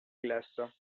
glace